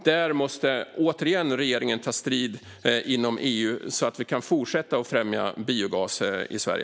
Där måste återigen regeringen ta strid inom EU, så att vi kan fortsätta främja biogas i Sverige.